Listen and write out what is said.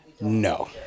No